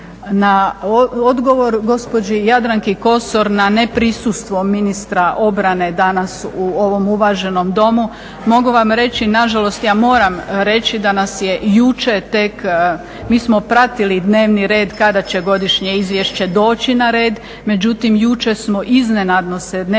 Na odgovor gospođi Jadranki Kosor na neprisustvo ministra obrane danas u ovom uvaženom Domu mogu vam reći, nažalost ja moram reći da nas je jučer tek, mi smo pratili dnevni red kada će godišnje izvješće doći na red, međutim jučer smo iznenadno se dnevni